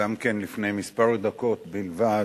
גם כן לפני כמה דקות בלבד,